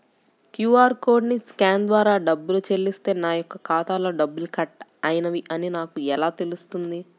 QR కోడ్ని scan ద్వారా డబ్బులు చెల్లిస్తే నా యొక్క ఖాతాలో డబ్బులు కట్ అయినవి అని నాకు ఎలా తెలుస్తుంది?